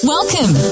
Welcome